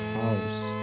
house